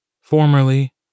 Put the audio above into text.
Formerly